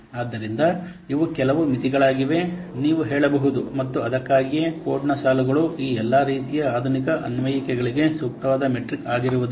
ಆದ್ದರಿಂದ ಇವು ಕೆಲವು ಮಿತಿಗಳಾಗಿವೆ ನೀವು ಹೇಳಬಹುದು ಮತ್ತು ಅದಕ್ಕಾಗಿಯೇ ಕೋಡ್ನ ಸಾಲುಗಳು ಈ ಎಲ್ಲಾ ರೀತಿಯ ಆಧುನಿಕ ಅನ್ವಯಿಕೆಗಳಿಗೆ ಸೂಕ್ತವಾದ ಮೆಟ್ರಿಕ್ ಆಗಿರುವುದಿಲ್ಲ